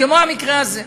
כמו המקרה הזה.